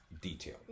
detail